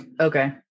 Okay